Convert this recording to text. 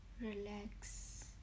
Relax